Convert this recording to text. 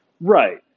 Right